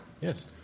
Yes